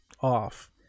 off